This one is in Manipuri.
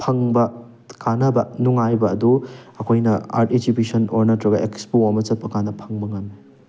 ꯐꯪꯕ ꯀꯥꯟꯅꯕ ꯅꯨꯡꯉꯥꯏꯕ ꯑꯗꯨ ꯑꯩꯈꯣꯏꯅ ꯑꯥꯔꯠ ꯑꯦꯛꯖꯤꯕꯤꯁꯟ ꯑꯣꯔ ꯅꯠꯇ꯭ꯔꯒ ꯑꯦꯛꯁꯄꯣ ꯑꯃ ꯆꯠꯄ ꯀꯥꯟꯗ ꯐꯪꯕ ꯉꯝꯃꯦ